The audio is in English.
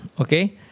okay